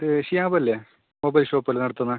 ഇത് ഷിഹാബ് അല്ലേ mobile shop എല്ലാം നടത്തുന്ന